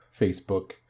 Facebook